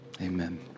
Amen